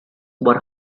were